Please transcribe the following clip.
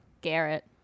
Garrett